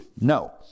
No